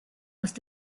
must